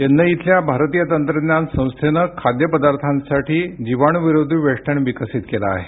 चेन्नई इथल्या भारतीय तंत्रज्ञान संस्थेनं खाद्यपदार्थांसाठी जीवाणूविरोधी वेष्टण विकसित केलं आहे